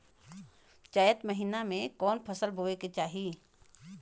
चैत महीना में कवन फशल बोए के चाही?